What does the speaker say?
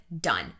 Done